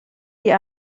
die